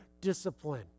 discipline